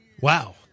Wow